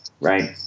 Right